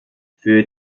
für